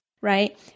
right